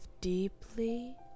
deeply